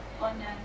on